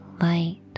light